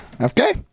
Okay